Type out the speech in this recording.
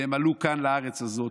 ועלו כאן לארץ הזאת.